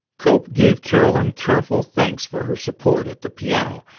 cope gave carolyn careful thanks for her support at the piano,